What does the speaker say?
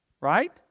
right